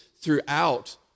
throughout